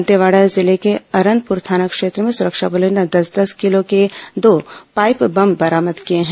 दंतेवाड़ा जिले के अरनपुर थाना क्षेत्र में सुरक्षा बलों ने दस दस किलो के दो पाईप बम बरामद किए हैं